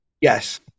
Yes